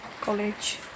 college